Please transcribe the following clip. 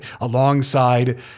alongside